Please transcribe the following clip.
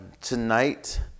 tonight